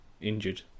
injured